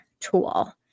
tool